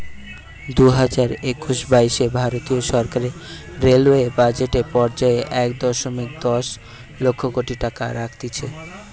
দুইহাজার একুশ বাইশে ভারতীয় সরকার রেলওয়ে বাজেট এ পর্যায়ে এক দশমিক দশ লক্ষ কোটি টাকা রাখতিছে